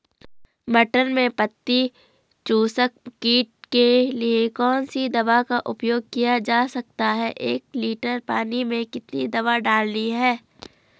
मटर में पत्ती चूसक कीट के लिए कौन सी दवा का उपयोग किया जा सकता है एक लीटर पानी में कितनी दवा डालनी है?